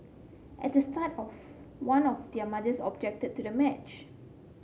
at the start of one of their mothers objected to the match